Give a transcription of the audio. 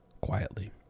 quietly